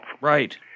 Right